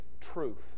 truth